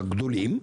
הגדולים,